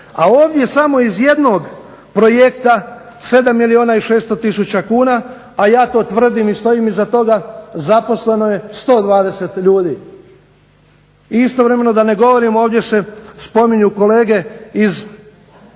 a ovdje samo iz jednog projekta 7 milijuna i 600000 kuna, a ja to tvrdim i stojim iza toga zaposleno je 120 ljudi. I istovremeno da ne govorim ovdje se spominju kolege iz